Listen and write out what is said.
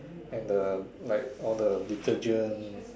and the like all the detergent